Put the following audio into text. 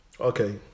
okay